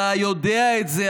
אתה יודע את זה.